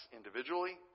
individually